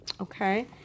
Okay